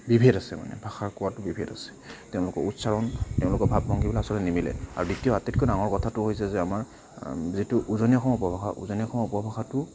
বিভেদ আছে মানে ভাষা কোৱাতো বিভেদ আছে তেওঁলোকৰ উচ্চাৰণ তেওঁলোকৰ ভাৱ ভংগী বিলাক আচলতে নিমিলে আৰু দ্বিতীয় আটাইতকৈ ডাঙৰ কথাটো হৈছে যে আমাৰ যিটো উজনি অসমৰ উপভাষা উজনি অসমৰ উপভাষাটো